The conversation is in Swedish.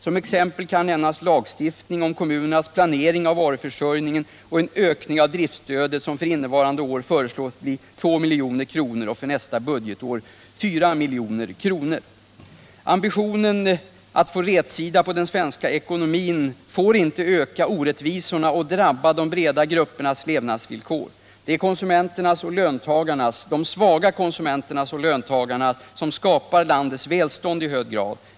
Som exempel kan nämnas lagstiftning om kommunernas planering av varuförsörjningen och en ökning av driftstödet som för innevarande år föreslås bli 2 milj.kr. och för nästa budgetår 4 milj.kr. Ambitionen att få rätsida på den svenska ekonomin får inte öka orättvisorna och drabba de breda gruppernas levnadsvillkor. Det är de svaga konsumenterna och löntagarna som i hög grad skapar landets välstånd.